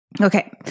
Okay